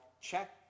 check